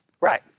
Right